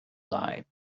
lied